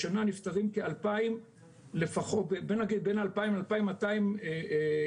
השנה נפטרים רק בין 2,000 ל-2,200 ילדים,